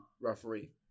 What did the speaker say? referee